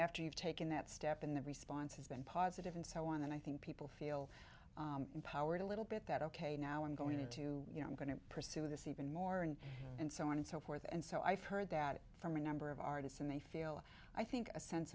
after you've taken that step in the response has been positive and so on that i think people feel empowered a little bit that ok now i'm going to you know i'm going to pursue this even more and and so on and so forth and so i've heard that from a number of artists and they feel i think a sense